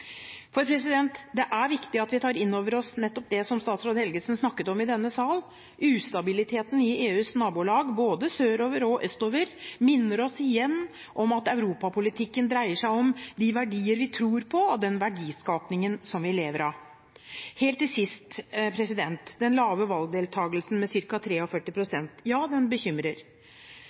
Det er viktig at vi tar inn over oss nettopp det som statsråd Helgesen snakket om i denne sal: «Ustabiliteten i EUs nabolag både sørover og østover minner oss igjen om at europapolitikken dreier seg om de verdier vi tror på, og den verdiskaping vi lever av.» Helt til sist: Den lave valgdeltakelsen